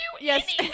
yes